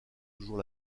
toujours